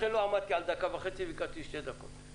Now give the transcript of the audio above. לכן לא עמדתי על דקה וחצי, ביקשתי שתי דקות.